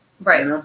Right